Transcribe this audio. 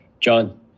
john